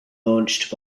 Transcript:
launched